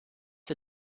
der